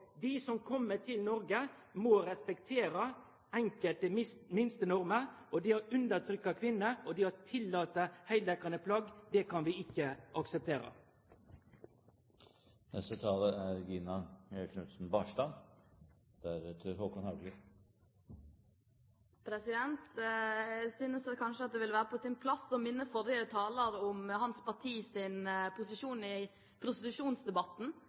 som kjem til Noreg, må respektere enkelte minstenormer, og det å undertrykkje kvinner og tillate heildekkjande plagg kan vi ikkje akseptere. Jeg synes kanskje det vil være på sin plass å minne forrige taler om hans partis posisjon i prostitusjonsdebatten,